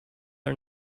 are